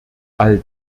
all